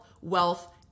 wealth